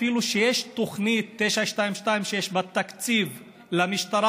אפילו שיש תוכנית 9226 עם תקציב למשטרה,